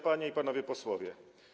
Panie i Panowie Posłowie!